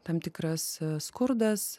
tam tikras skurdas